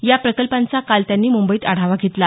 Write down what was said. या प्रकल्पांचा काल त्यांनी मुंबईत आढावा घेतला